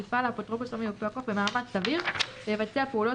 יפעל האפוטרופוס או מיופה הכוח במאמץ סביר ויבצע פעולות